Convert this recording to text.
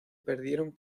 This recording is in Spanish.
perdieron